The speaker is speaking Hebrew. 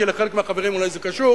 כי לחלק מהחברים אולי זה קשור